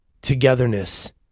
togetherness